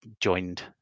joined